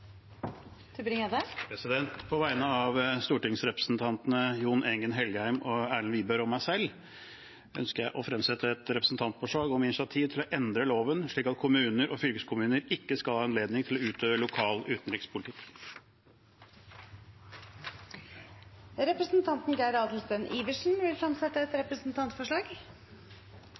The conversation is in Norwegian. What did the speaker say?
På vegne av stortingsrepresentantene Jon Engen-Helgheim, Erlend Wiborg og meg selv ønsker jeg å fremsette et representantforslag om initiativ til å endre loven slik at kommuner og fylkeskommuner ikke skal ha anledning til å utøve lokal utenrikspolitikk. Representanten Geir Adelsten Iversen vil fremsette et representantforslag.